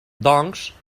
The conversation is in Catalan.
doncs